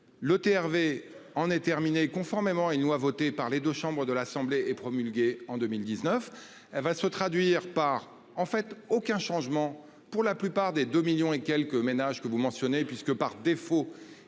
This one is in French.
Le TRV en est terminée, conformément à une loi votée par les 2 chambres de l'Assemblée et promulguée en 2019, elle va se traduire par, en fait, aucun changement pour la plupart des 2 millions et quelques ménages que vous mentionnez puisque par défaut,